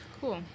Cool